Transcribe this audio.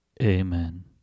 Amen